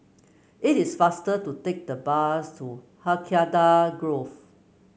it is faster to take the bus to Hacienda Grove